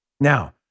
Now